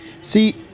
See